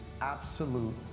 absolute